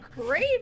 great